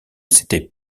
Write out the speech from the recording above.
s’était